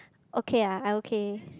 okay lah I okay